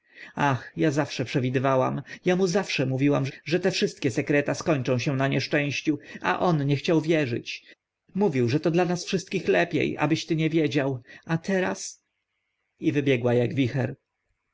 ach a zawsze przewidywałam a mu zawsze mówiłam że te wszystkie sekreta skończą się na nieszczęściu a on nie chciał wierzyć mówił że dla nas wszystkich lepie abyś ty nie wiedział a teraz i wybiegła ak wicher